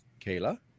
Kayla